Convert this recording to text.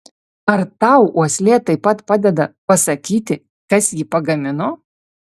ar tau uoslė taip pat padeda pasakyti kas jį pagamino